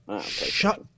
shut